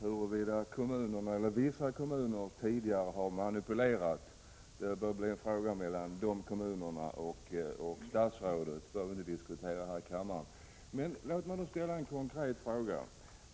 Fru talman! Huruvida vissa kommuner tidigare har manipulerat bestämmelserna bör bli en fråga mellan de kommunerna och statsrådet. Det behöver vi inte diskutera här i kammaren. Låt mig ställa en konkret fråga.